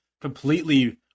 completely